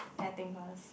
I think first